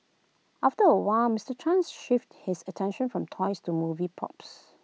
after A while Mister Chen shifted his attention from toys to movie props